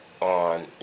on